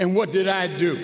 and what did i do